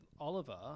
Oliver